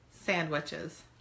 sandwiches